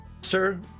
Sir